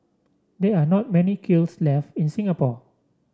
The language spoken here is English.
there are not many kilns left in Singapore